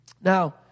Now